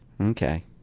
okay